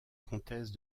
comtesse